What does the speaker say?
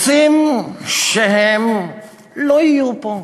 רוצים שהם לא יהיו פה,